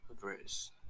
verse